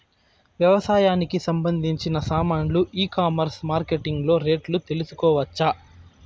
వ్యవసాయానికి సంబంధించిన సామాన్లు ఈ కామర్స్ మార్కెటింగ్ లో రేట్లు తెలుసుకోవచ్చా?